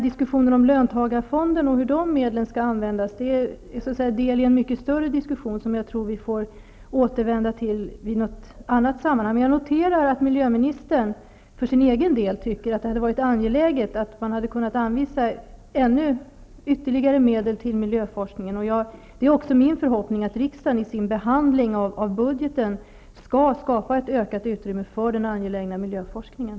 Diskussionen om löntagarfonderna och hur de medlen skall användas är en del i en mycket större diskussion. Jag tror att vi får återvända till den i något annat sammanhang. Jag noterar att miljöministern för sin egen del tycker att det hade varit angeläget att kunna anvisa ytterligare medel till miljöforskningen. Det är också min förhoppning att riksdagen i sin behandling av budgeten skall skapa ett ökat utrymme för den angelägna miljöforskningen.